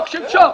שימשוך.